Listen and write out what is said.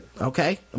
Okay